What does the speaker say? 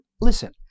Listen